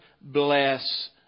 bless